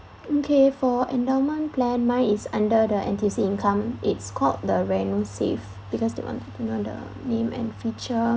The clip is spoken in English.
okay for endowment plan mine is under the N_T_U_C income it's called the revosafe because they want to document the name and feature